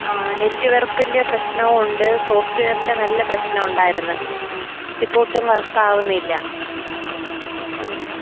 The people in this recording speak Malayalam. ആ നെറ്റ് വർക്കിൻ്റെ പ്രശ്നം ഉണ്ട് സോഫ്റ്റ്വെയറിൻ്റെ നല്ല പ്രശ്നം ഉണ്ടായിരുന്നു ഇപ്പോൾ ഒട്ടും വർക്ക് ആകുന്നില്ല ആ ആ